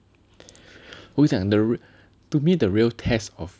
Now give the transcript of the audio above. who 讲 the r~ to me the real test of